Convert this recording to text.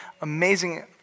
amazing